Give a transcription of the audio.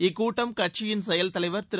இக்கூட்டம் கட்சியின் செயல் தலைவர் திரு